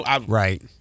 Right